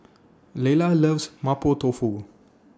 Layla loves Mapo Tofu